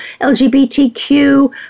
LGBTQ